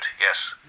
Yes